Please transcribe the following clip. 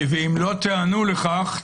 אם לא תיענו לכך,